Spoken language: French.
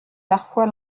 parfois